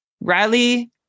Riley